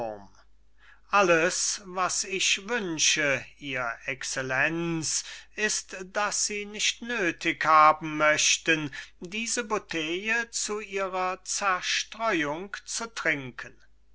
alles was ich wünsche ihr excellenz ist daß sie nicht nöthig haben möchten diese bouteille zu ihrer zerstreuung zu trinken